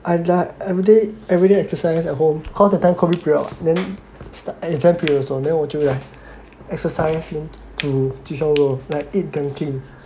I like everyday everyday exercise at home cause that time COVID period [what] then st~ exam period also then 我就 like exercise lor 煮鸡胸肉 like eat very clean